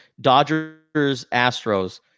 Dodgers-Astros